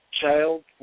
child